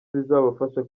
bizabafasha